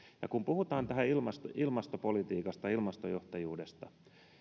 ja kun puhutaan ilmastopolitiikasta ilmastojohtajuudesta